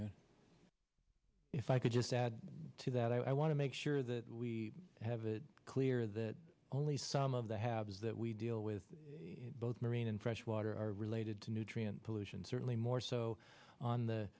know if i could just add to that i want to make sure that we have it clear that only some of the haves that we deal with both marine and fresh water are related to nutrient pollution certainly more so on the